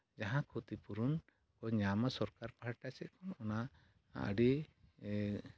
ᱡᱟᱦᱟᱸ ᱠᱷᱩᱛᱤᱯᱩᱨᱩᱱ ᱠᱚ ᱧᱟᱢᱟ ᱥᱚᱨᱠᱟᱨ ᱯᱟᱦᱚᱴᱟ ᱥᱮᱫ ᱠᱷᱚᱱ ᱚᱱᱟ ᱟᱹᱰᱤ